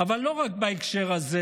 אבל לא רק בהקשר הזה,